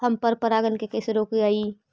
हम पर परागण के कैसे रोकिअई?